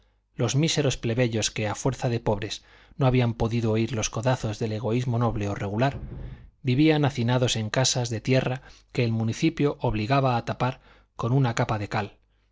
los míseros plebeyos que a fuerza de pobres no habían podido huir los codazos del egoísmo noble o regular vivían hacinados en casas de tierra que el municipio obligaba a tapar con una capa de cal